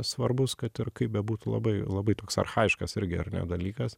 svarbus kad ir kaip bebūtų labai labai toks archajiškas irgi ar ne dalykas